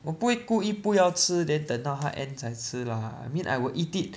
我不会故意不要吃 then 等到它 end 才吃 lah I mean I will eat it